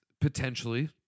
potentially